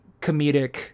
comedic